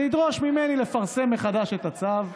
זה ידרוש ממני לפרסם מחדש את הצו,